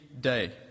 day